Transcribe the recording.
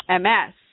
MS